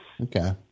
okay